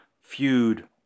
feud